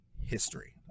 history